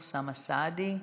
ואוסאמה סעדי.